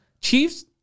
Chiefs